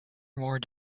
more